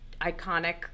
iconic